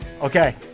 Okay